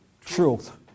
truth